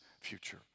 future